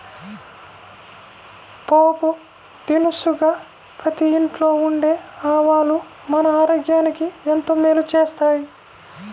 పోపు దినుసుగా ప్రతి ఇంట్లో ఉండే ఆవాలు మన ఆరోగ్యానికి ఎంతో మేలు చేస్తాయి